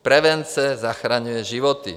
Prevence zachraňuje životy.